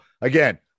again